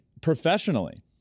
professionally